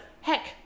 heck